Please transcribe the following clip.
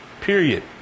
Period